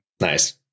Nice